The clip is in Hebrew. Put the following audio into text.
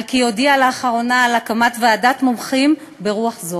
על כי הודיע לאחרונה על הקמת ועדת מומחים ברוח זו.